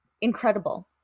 incredible